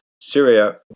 Syria